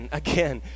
again